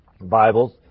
Bibles